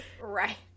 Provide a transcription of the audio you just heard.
right